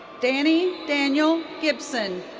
dannie daniel gibson.